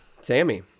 sammy